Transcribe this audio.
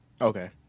Okay